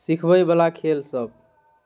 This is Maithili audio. सीखबै वला खेलसभ